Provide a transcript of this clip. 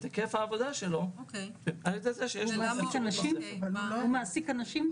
היקף העבודה שלו --- הוא מעסיק אנשים,